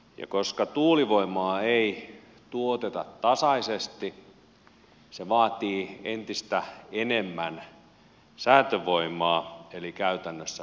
ja koska tuulivoimaa ei tuoteta tasaisesti se vaatii entistä enemmän säätövoimaa eli käytännössä vesivoimaa